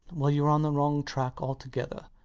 well youre on the wrong tack altogether.